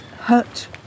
hurt